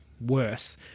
worse